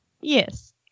Yes